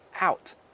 out